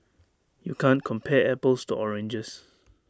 you can't compare apples to oranges